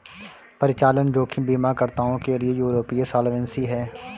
परिचालन जोखिम बीमाकर्ताओं के लिए यूरोपीय सॉल्वेंसी है